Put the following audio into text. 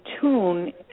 tune